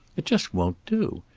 it just won't do.